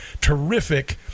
terrific